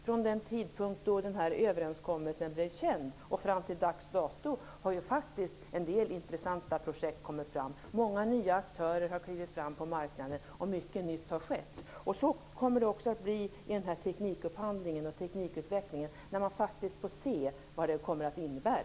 Från den tidpunkt då överenskommelsen blev känd och fram till dags dato har en del intressanta projekt kommit fram. Många nya aktörer har klivit fram på marknaden, och mycket nytt har skett. Så kommer det också att bli med teknikupphandlingen och teknikutvecklingen, när man får se vad det innebär.